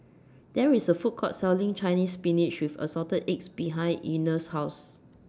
There IS A Food Court Selling Chinese Spinach with Assorted Eggs behind Einar's House